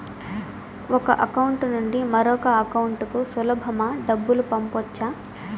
ఒక అకౌంట్ నుండి మరొక అకౌంట్ కు సులభమా డబ్బులు పంపొచ్చా